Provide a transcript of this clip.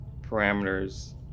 parameters